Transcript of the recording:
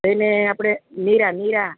એને આપણે નીરા નીરા